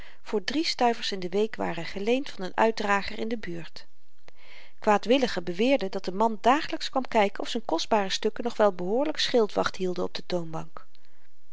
voor drie stuivers in de week waren geleend van n uitdrager in de buurt kwaadwilligen beweerden dat de man dagelyks kwam kyken of z'n kostbare stukken nog wel behoorlyk schildwacht hielden op de toonbank